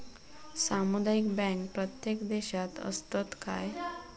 सामुदायिक बँक प्रत्येक देशात असतत काय?